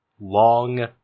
long